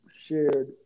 shared